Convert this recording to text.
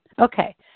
Okay